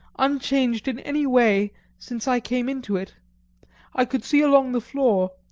unchanged in any way since i came into it i could see along the floor,